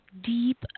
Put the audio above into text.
deep